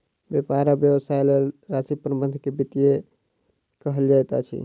व्यापार आ व्यवसायक लेल राशि प्रबंधन के वित्तीयन कहल जाइत अछि